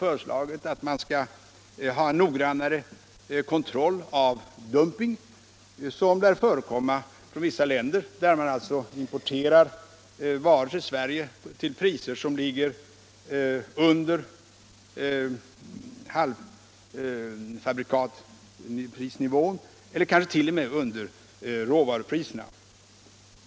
föreslagit att man skall ha noggrannare kontroll av dumping, som lär förekomma från vissa länder, där man alltså exporterar varor till Sverige till priser som ligger under halvfabrikatpriserna eller kanske t.o.m. under råvarupriserna.